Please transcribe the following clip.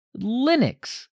Linux